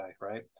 right